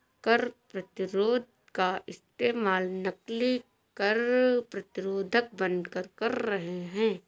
कर प्रतिरोध का इस्तेमाल नकली कर प्रतिरोधक बनकर कर रहे हैं